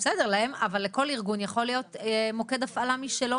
אבל לכל ארגון יכול להיות מוקד הפעלה משלו